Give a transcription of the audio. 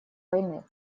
войны